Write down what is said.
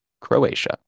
Croatia